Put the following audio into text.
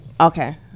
okay